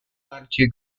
latitude